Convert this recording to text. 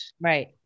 Right